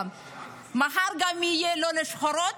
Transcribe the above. מחר זה יהיה גם לא לשחורות?